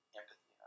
empathy